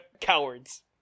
Cowards